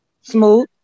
Smooth